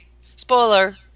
Spoiler